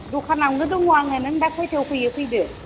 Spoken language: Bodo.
दखानावनो दङ आङो नों दा खैथायाव फैयो फैदो